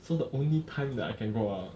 so the only time that I can go out